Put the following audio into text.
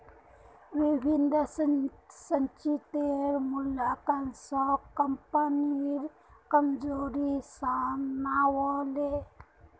विभिन्न संचितेर मूल्यांकन स कम्पनीर कमजोरी साम न व ले